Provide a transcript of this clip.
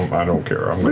i don't care.